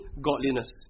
godliness